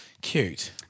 Cute